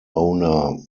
owner